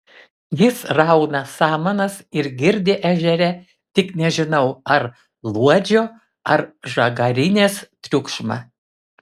jis rauna samanas ir girdi ežere tik nežinau ar luodžio ar žagarinės triukšmą